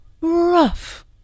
rough